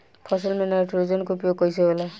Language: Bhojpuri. फसल में नाइट्रोजन के उपयोग कइसे होला?